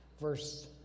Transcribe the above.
verse